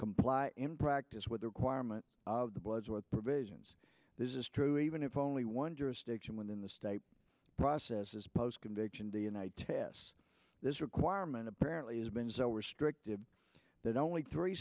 comply in practice with the requirement of the bloodsworth provisions this is true even if only one jurisdiction within the state process is post conviction d n a tests this requirement apparently has been so restrictive that only three